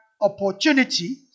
opportunity